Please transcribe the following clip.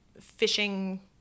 fishing